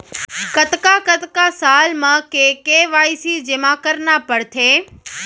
कतका कतका साल म के के.वाई.सी जेमा करना पड़थे?